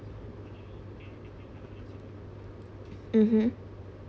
mmhmm